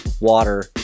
water